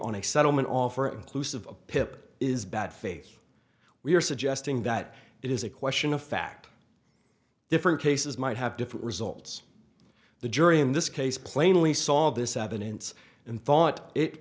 on a settlement offer inclusive of pip is bad faith we are suggesting that it is a question of fact different cases might have different results the jury in this case plainly saw this evidence in thought it